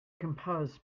composed